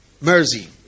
Mercy